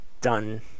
done